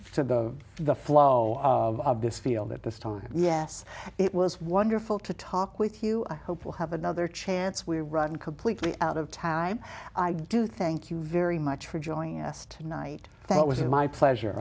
to the flow of this field at this time yes it was wonderful to talk with you i hope we'll have another chance we run completely out of time i do thank you very much for joining us tonight that was my pleasure